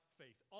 faith